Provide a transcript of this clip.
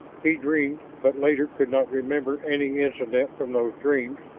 he dreamed but later could not remember any incident from those dreams,